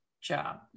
job